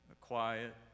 quiet